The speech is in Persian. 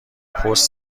پست